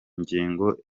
ngingo